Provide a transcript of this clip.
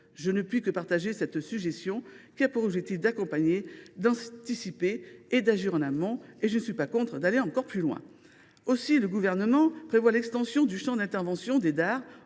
Je ne puis que partager cette suggestion, qui a pour objectif d’accompagner, d’anticiper et d’agir en amont, même si je suis favorable à ce qu’on aille encore plus loin ! Aussi, le Gouvernement prévoit l’extension du champ d’intervention des